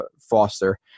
Foster